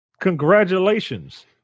Congratulations